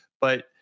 but-